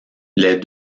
les